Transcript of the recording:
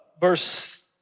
verse